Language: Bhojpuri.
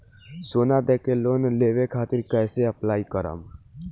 सोना देके लोन लेवे खातिर कैसे अप्लाई करम?